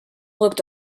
looked